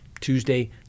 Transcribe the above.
Tuesday